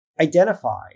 identify